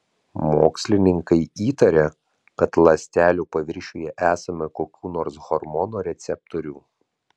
mokslininkai įtarė kad ląstelių paviršiuje esama kokių nors hormonų receptorių